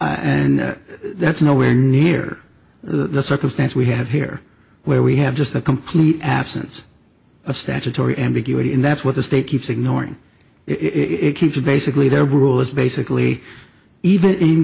and that's nowhere near the circumstance we have here where we have just a complete absence of statutory ambiguity and that's what the state keeps ignoring it keep it basically their rule is basically even